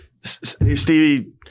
Stevie